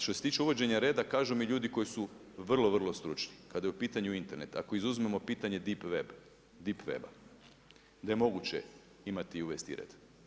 Što se tiče uvođenja reda, kažu mi ljudi koji su vrlo, vrlo stručni kada je u pitanju Internet ako izuzmemo pitanje dip web-a da je moguće imati i u vesti red.